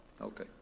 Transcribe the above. Okay